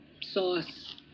sauce